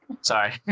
Sorry